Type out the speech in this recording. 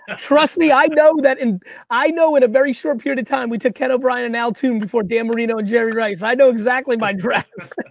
ah trust me, i know that. and i know in a very short period of time, we took ken o'brien and al toon before dan marino and jerry rice, i know exactly my drafts.